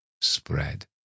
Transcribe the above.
spread